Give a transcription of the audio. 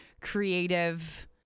creative